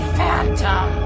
Phantom